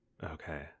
Okay